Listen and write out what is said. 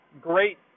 great